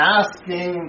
asking